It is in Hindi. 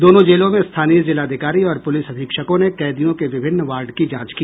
दोनों जेलों में स्थानीय जिलाधिकारी और पुलिस अधीक्षकों ने कैदियों के विभिन्न वार्ड की जांच की